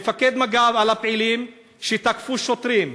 מפקד מג"ב על ה"פעילים" שתקפו שוטרים: